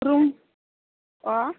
room अ